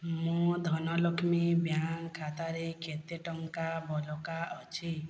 ମୋ ଧନଲକ୍ଷ୍ମୀ ବ୍ୟାଙ୍କ ଖାତାରେ କେତେ ଟଙ୍କା ବଳକା ଅଛି